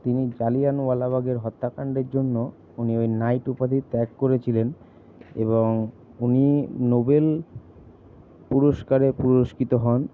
তিনি জালিয়ানওয়ালাবাগের হত্যাকান্ডের জন্য উনি ওই নাইট উপাধি ত্যাগ করেছিলেন এবং উনি নোবেল পুরস্কারে পুরস্কৃত হন